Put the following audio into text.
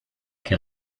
que